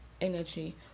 energy